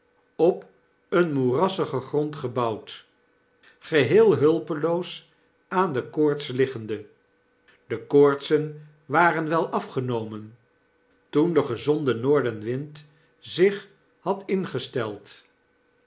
op een moerassigen grond gebouwd feheel hulpeloos aan de koorts liggende de oortsen waren wel afgenomen toen de gezonde noordenwind zich had ingesteld